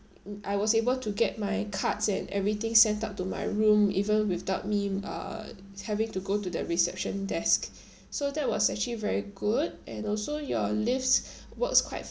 I was able to get my cards and everything sent up to my room even without me uh having to go to the reception desk so that was actually very good and also your lifts works quite